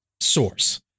source